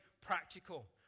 practical